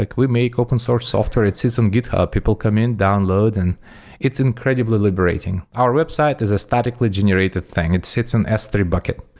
like we make open source software. it sits on um github. people come in, download, and it's incredibly liberating. our website is a statically generated thing. it sits in s three bucket.